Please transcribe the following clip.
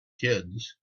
kids